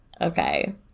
okay